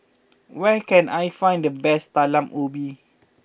where can I find the best Talam Ubi